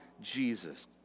Jesus